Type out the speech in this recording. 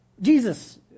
Jesus